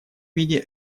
виде